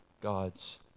God's